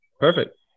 Perfect